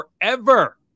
forever